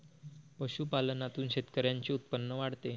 पशुपालनातून शेतकऱ्यांचे उत्पन्न वाढते